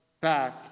back